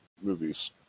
movies